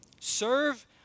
Serve